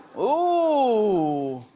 ooh.